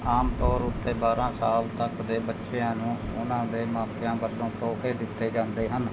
ਆਮ ਤੌਰ ਉੱਤੇ ਬਾਰ੍ਹਾਂ ਸਾਲ ਤੱਕ ਦੇ ਬੱਚਿਆਂ ਨੂੰ ਉਨ੍ਹਾਂ ਦੇ ਮਾਪਿਆਂ ਵੱਲੋਂ ਤੋਹਫ਼ੇ ਦਿੱਤੇ ਜਾਂਦੇ ਹਨ